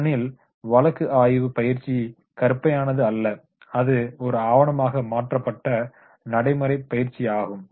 ஏனெனில் வழக்கு ஆய்வு பயிற்சி கற்பனையானது அல்ல அது ஒரு ஆவணமாக மாற்றப்பட்ட நடைமுறை பயிற்சி ஆகும்